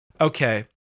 okay